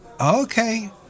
Okay